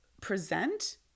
present